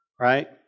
right